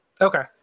Okay